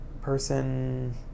person